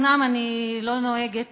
אומנם אני לא נוהגת